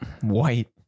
White